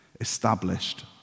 established